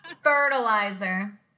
Fertilizer